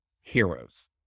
heroes